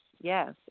yes